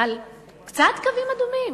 קצת קווים אדומים.